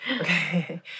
Okay